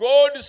God